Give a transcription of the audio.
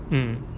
mm